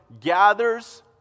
gathers